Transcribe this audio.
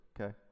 okay